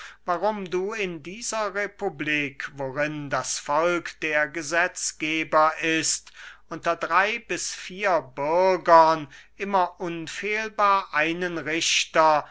warum du in dieser republik worin das volk der gesetzgeber ist unter drey bis vier bürgern immer unfehlbar einen richter